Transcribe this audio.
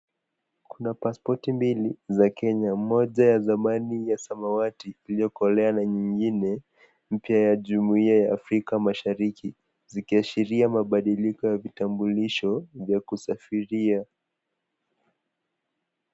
Kuna paspoti mbili za kenua, moja ya zamani ya rangi ya samawati iliyokolea ingine mpya ya jumuia ya afrika mashariki zikiashiria mabadiliko ya kitambulisho vya kusafiri ya abiria.